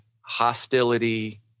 hostility